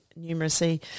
numeracy